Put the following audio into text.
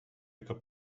яка